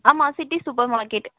ஆமாம் city super market